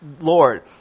Lord